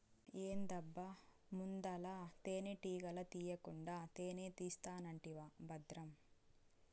ఏందబ్బా ముందల తేనెటీగల తీకుండా తేనే తీస్తానంటివా బద్రం